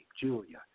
Julia